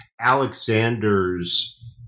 Alexander's